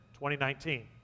2019